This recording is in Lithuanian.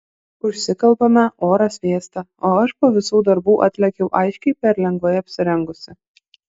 užsikalbame oras vėsta o aš po visų darbų atlėkiau aiškiai per lengvai apsirengusi